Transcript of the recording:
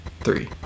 Three